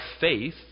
faith